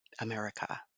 America